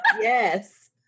Yes